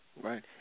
Right